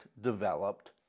developed